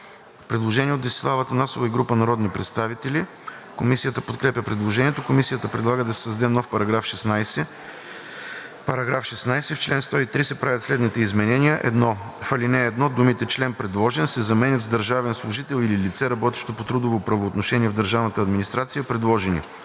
Предложение от Десислава Атанасова и група народни представители. Комисията подкрепя предложението. Комисията предлага да се създаде нов § 16: „§ 16. В чл. 103 се правят следните изменения: 1. В ал. 1 думите „член, предложен“ се заменят с „държавен служител или лице, работещо по трудово правоотношение в държавната администрация, предложени.“